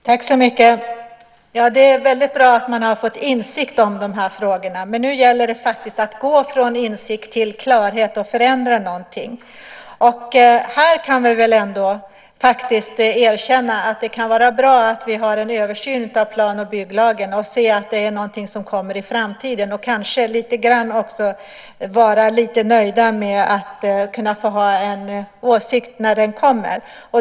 Fru talman! Det är väldigt bra att man har fått insikt om de här frågorna, men nu gäller det faktiskt att gå från insikt till klarhet och förändra någonting. Här kan vi väl ändå faktiskt erkänna att det kan vara bra att vi har en översyn av plan och bygglagen och se att det är något som kommer i framtiden. Kanske kan vi också vara lite nöjda med att kunna få ha en åsikt när den kommer.